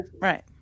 Right